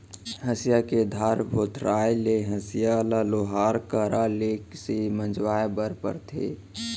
हँसिया के धार भोथराय ले हँसिया ल लोहार करा ले से मँजवाए बर परथे